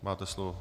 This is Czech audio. Máte slovo.